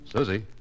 Susie